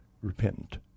repentant